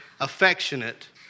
affectionate